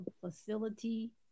facility